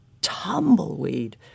tumbleweed